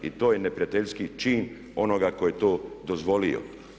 I to je neprijateljski čin onoga koji je to dozvolio.